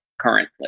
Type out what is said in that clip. currently